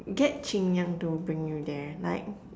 get Chin-Yuan to bring you there like